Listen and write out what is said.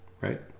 right